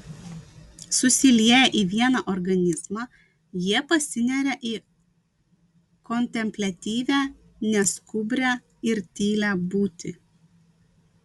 susilieję į vieną organizmą jie pasineria į kontempliatyvią neskubrią ir tylią būtį